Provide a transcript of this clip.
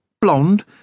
blonde